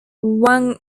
wang